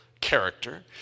character